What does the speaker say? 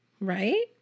right